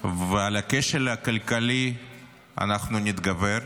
ועל הכשל הכלכלי אנחנו נתגבר,